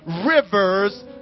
rivers